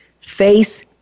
face